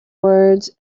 words